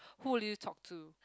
who would you talk to